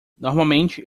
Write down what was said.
normalmente